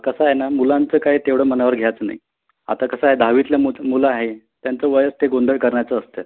कसं आहे ना मुलांचं काय तेवढं मनावर घ्यायचं नाही आता कसं आहे दहावीतले मुत मुलं आहे त्यांचं वयच ते गोंधळ करण्याचं असते